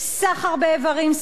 סחר באיברים,